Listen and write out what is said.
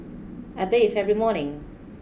I bathe every morning